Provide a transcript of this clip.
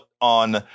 on